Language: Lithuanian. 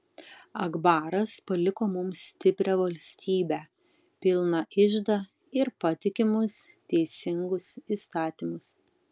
akbaras paliko mums stiprią valstybę pilną iždą ir patikimus teisingus įstatymus